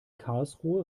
karlsruhe